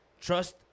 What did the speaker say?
trust